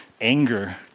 Anger